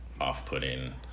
off-putting